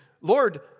Lord